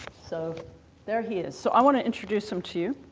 so there he is. so i want to introduce him to you.